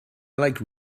like